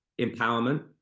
Empowerment